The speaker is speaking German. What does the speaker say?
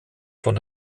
von